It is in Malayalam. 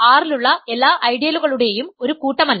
A R ലുള്ള എല്ലാ ഐഡിയലുകളുടെയും ഒരു കൂട്ടമല്ല